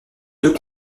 deux